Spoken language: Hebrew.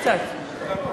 קצת.